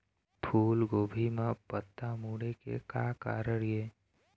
फूलगोभी म पत्ता मुड़े के का कारण ये?